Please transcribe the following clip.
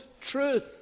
truth